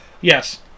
Yes